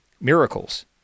Miracles